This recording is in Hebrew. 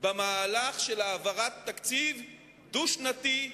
במהלך של העברת תקציב דו-שנתי,